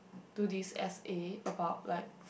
do this S_A about like